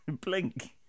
Blink